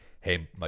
hey